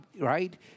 right